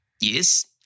yes